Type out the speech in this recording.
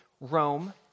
Rome